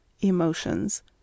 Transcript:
Emotions